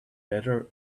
weather